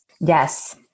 Yes